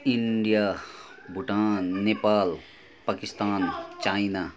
India Bhutan Nepal Pakistan China